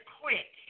quick